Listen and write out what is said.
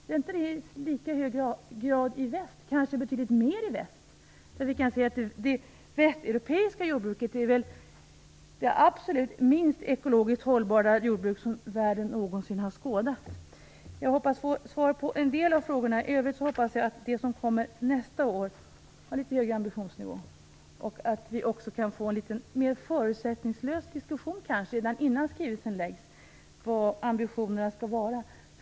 Gäller inte detta i lika hög grad i väst? Det kanske gäller i betydligt högre grad i väst. Det västeuropeiska jordbruket är nämligen det absolut minst ekologiskt hållbara jordbruk som världen någonsin har skådat. Jag hoppas få svar på en del av frågorna. I övrigt hoppas jag att det som kommer nästa år har litet högre ambitionsnivå. Jag hoppas också på en litet mer förutsättningslös diskussion, redan innan skrivelsen läggs fram, om vilka ambitionerna skall vara.